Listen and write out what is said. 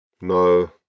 No